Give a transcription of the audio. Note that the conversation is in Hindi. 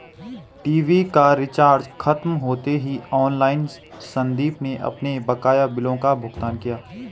टीवी का रिचार्ज खत्म होते ही ऑनलाइन संदीप ने अपने बकाया बिलों का भुगतान किया